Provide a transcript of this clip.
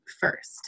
first